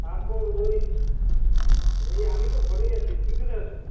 তারপর ওই এই আমি তো ঘরেই আছি তুই কোথায় আছিস